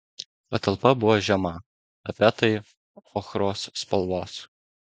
patalpa buvo žema tapetai ochros spalvos